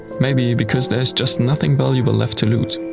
maybe because there is just nothing valuable left to loot.